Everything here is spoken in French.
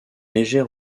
légère